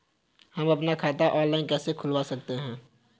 हम अपना खाता ऑनलाइन कैसे खुलवा सकते हैं?